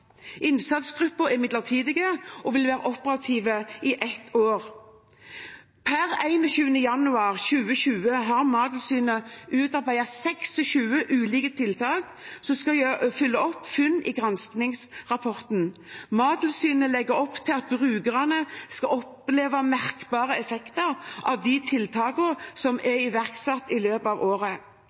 er midlertidig og vil være operativ i ett år. Per 21. januar 2020 har Mattilsynet utarbeidet 26 ulike tiltak som skal følge opp funn i granskingsrapporten. Mattilsynet legger opp til at brukerne skal oppleve merkbare effekter av de tiltakene som er iverksatt i løpet av året.